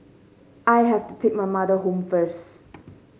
I have to take my mother home first